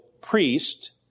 priest